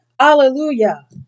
Hallelujah